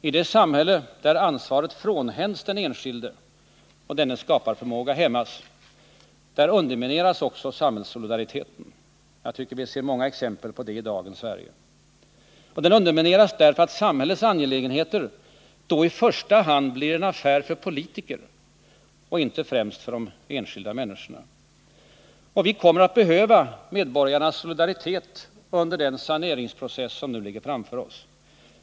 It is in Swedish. I det samhälle där ansvaret frånhänds den enskilde och dennes skaparförmåga hämmas, där undermineras också samhällssolidariteten. Jag tycker mig se många exempel på detta i dagens Sverige. Den undermineras därför att samhällets angelägenheter då i första hand blir en affär för politiker och inte främst för de enskilda människorna. Vi kommer att behöva medborgarnas solidaritet under den saneringsprocess som nu ligger framför oss.